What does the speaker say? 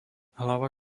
hlava